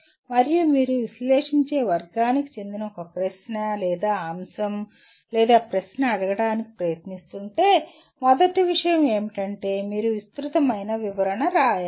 మరియు మీరు విశ్లేషించే వర్గానికి చెందిన ఒక ప్రశ్న అంశం లేదా ప్రశ్న అడగడానికి ప్రయత్నిస్తుంటే మొదటి విషయం ఏమిటంటే మీరు విస్తృతమైన వివరణ రాయాలి